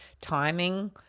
timing